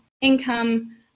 income